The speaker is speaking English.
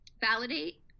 validate